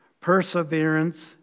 perseverance